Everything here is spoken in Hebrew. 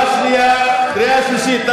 פעם שנייה, פעם שלישית.